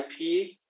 IP